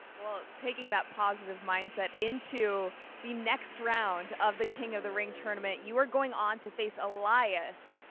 well, taking that positive mindset into the next round of the king of the ring tournament, you are going on to face elias,